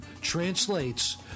translates